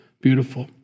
Beautiful